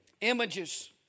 images